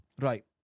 Right